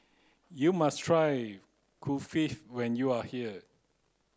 you must try Kulfi when you are here